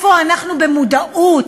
איפה אנחנו במודעות?